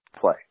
play